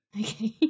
Okay